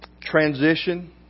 transition